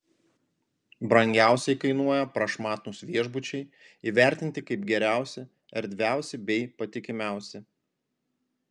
brangiausiai kainuoja prašmatnūs viešbučiai įvertinti kaip geriausi erdviausi bei patikimiausi